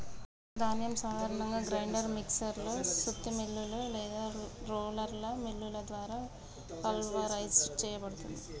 ధాన్యం సాధారణంగా grinder mixer లో సుత్తి మిల్లులు లేదా రోలర్ మిల్లుల ద్వారా పల్వరైజ్ సేయబడుతుంది